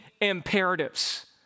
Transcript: imperatives